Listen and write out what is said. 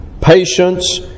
patience